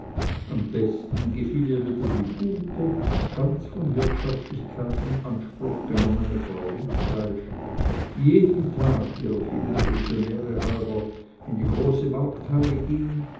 am besten gefiel ihr wieder die gute ganz von wirtschaftlichkeit in anspruch genommene frau rindfleisch die jeden tag ihrer vielen pensionäre halber in die große markthalle ging